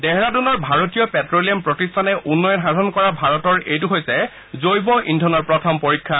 দেহৰাডুনৰ ভাৰতীয় petroleum প্ৰতিষ্ঠানে উন্নয়ন সাধন কৰা ভাৰতৰ এইটো হৈছে জৈৱ ইন্ধনৰ প্ৰথম পৰীক্ষা